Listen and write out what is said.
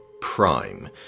prime